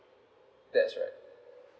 that's right